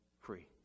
free